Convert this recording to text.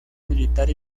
militar